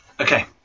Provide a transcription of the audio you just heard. Okay